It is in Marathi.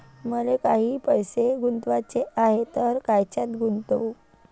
मले काही पैसे गुंतवाचे हाय तर कायच्यात गुंतवू?